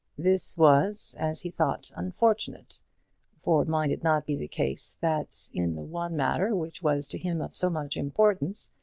this was, as he thought, unfortunate for might it not be the case, that in the one matter which was to him of so much importance,